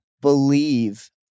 believe